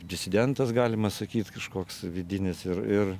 disidentas galima sakyt kažkoks vidinis ir ir